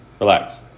relax